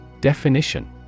Definition